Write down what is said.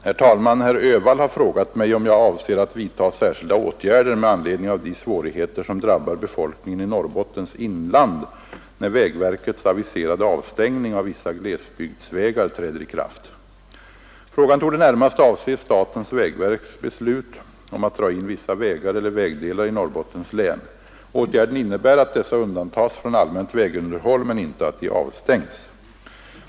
Herr talman! Herr Öhvall har frågat mig om jag avser att vidta särskilda åtgärder med anledning av de svårigheter som drabbar befolkningen i Norrbottens inland, när vägverkets aviserade avstängning av vissa glesbygdsvägar träder i kraft. Frågan torde närmast avse statens vägverks beslut om att dra in vissa vägar eller vägdelar i Norrbottens län. Åtgärden innebär att dessa undantas från allmänt vägunderhåll men inte att de avstängs.